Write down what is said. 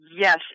Yes